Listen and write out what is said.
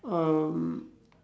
um